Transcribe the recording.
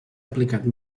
aplicat